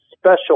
special